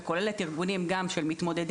וכוללת גם ארגונים של מתמודדים,